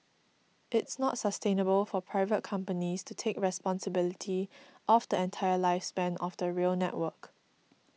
it's not sustainable for private companies to take responsibility of the entire lifespan of the rail network